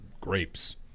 grapes